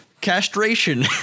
Castration